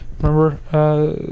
Remember